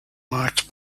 marked